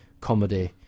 comedy